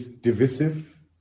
divisive